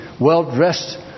well-dressed